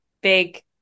big